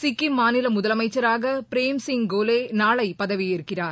சிக்கிம் மாநிலமுதலமைச்சராகபிரேம் சிங் கோலேநாளைபதவியேற்கிறார்